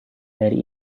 dari